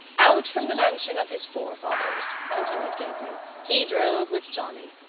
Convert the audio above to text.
out from the mansion of his forefathers, continued gabriel, he drove with johnny.